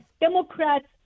Democrats